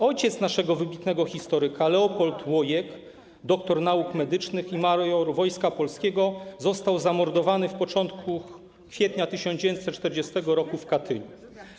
Ojciec naszego wybitnego historyka Leopold Łojek, doktor nauk medycznych i major Wojska Polskiego, został zamordowany w początku kwietnia 1940 r. w Katyniu.